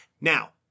Now